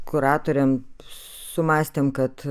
kuratorėm sumąstėm kad